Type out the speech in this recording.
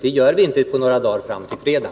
Det hinner vi inte göra på några dagar fram till fredag.